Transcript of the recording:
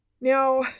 Now